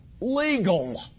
legal